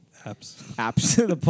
apps